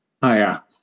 Hiya